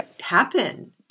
happen